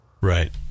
Right